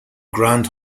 grand